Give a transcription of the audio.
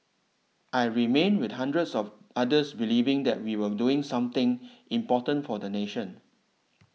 I remained with hundreds of others believing that we were doing something important for the nation